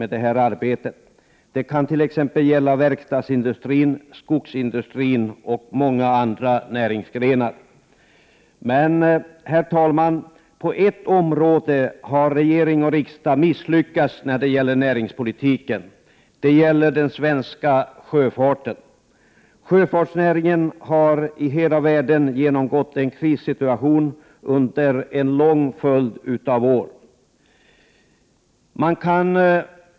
Det gäller verkstadsindustrin, skogsindustrin och många andra näringsgrenar. Men, herr talman, på ett område har regering och riksdag misslyckats när det gäller näringspolitiken, nämligen beträffande den svenska sjöfarten. Sjöfartsnäringen har i hela världen under en lång följd av år genomgått en kris.